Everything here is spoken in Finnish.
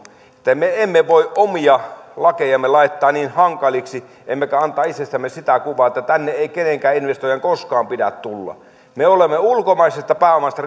vastuun me emme voi omia lakejamme laittaa niin hankaliksi emmekä antaa itsestämme sitä kuvaa että tänne ei kenenkään investoijan koskaan pidä tulla me olemme ulkomaisesta pääomasta